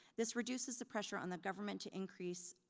this reduces the pressure on the government to increase,